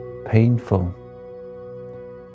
painful